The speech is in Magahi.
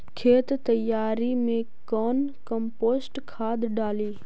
खेत तैयारी मे कौन कम्पोस्ट खाद डाली?